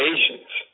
Asians